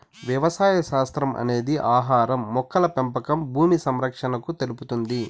వ్యవసాయ శాస్త్రం అనేది ఆహారం, మొక్కల పెంపకం భూమి సంరక్షణను తెలుపుతుంది